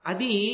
Adi